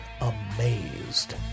amazed